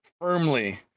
firmly